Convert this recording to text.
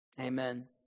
Amen